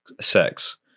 sex